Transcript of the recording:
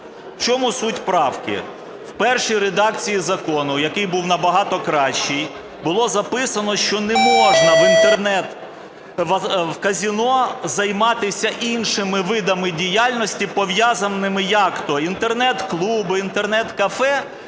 В чому суть правки? В першій редакції закону, який був набагато кращий, було записано, що не можна в Інтернет… в казино займатися іншими видами діяльності, пов'язаними як то Інтернет-клуби, Інтернет-кафе,